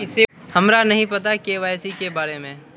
हमरा नहीं पता के.वाई.सी के बारे में?